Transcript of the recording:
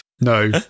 No